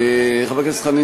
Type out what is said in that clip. חבר הכנסת חנין,